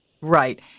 Right